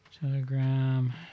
Telegram